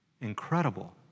incredible